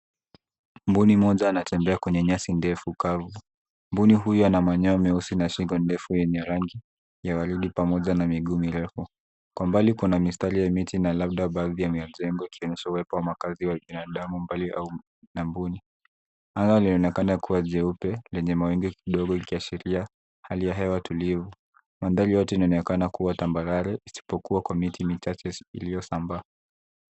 Mbuni mmoja anatembea kwenye nyasi ndefu kavu mbuni huyu ana manyoya au sina shingo ndefu yenye rangi ya waridi pamoja na miguu mirefu. Kwa mbali kuna mistari ya miti na labda baadhi ya majengo ikionyesha uwepo wa makazi wa binadamu mbali au na mbuni. Anga linaonekana kuwa jeupe lenye mawingu kidogo ikiashiria hali ya hewa tulivu. Mandhari yote yanaonekana kuwa tambarare isipokuwa kwa miti michache iliyosambaa.